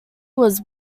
was